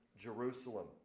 Jerusalem